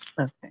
okay